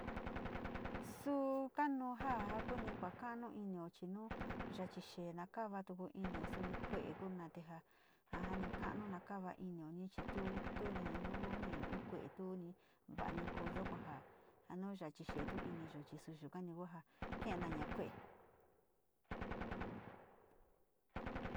Suu kanuu ja kuni ku kua kaanu inio chi nu yachi xee na kava tu inio suni kue´e ku na te ja a ja ni ka´anu na kavainio chi tu tuni nu kuu ni nio in kue´e tuni va´ani kooyo ku ja nu yachi xee tu iniyo tu yukani ja kenana kue’e.